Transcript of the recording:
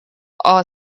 are